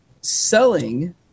selling